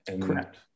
Correct